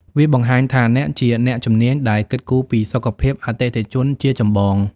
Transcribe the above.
វាបង្ហាញថាអ្នកជាអ្នកជំនាញដែលគិតគូរពីសុខភាពអតិថិជនជាចម្បង។